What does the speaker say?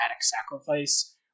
sacrifice